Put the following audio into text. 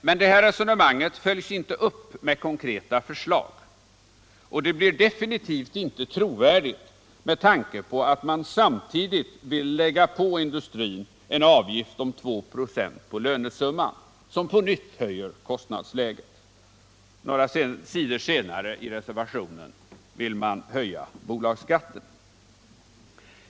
Men resonemanget följs inte upp med konkreta förslag, och det blir definitivt inte trovärdigt med tanke på att man samtidigt vill lägga på industrin en avgift av tu på lönesumman, som på nytt höjer kostnadsliget — och några sidor senare vill man höja bolagsskatten.